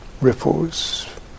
Ripples